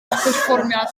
perfformiad